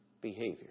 behavior